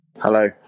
hello